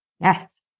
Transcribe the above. Yes